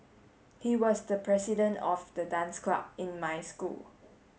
he was the president of the dance club in my school